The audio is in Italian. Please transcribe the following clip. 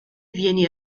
viene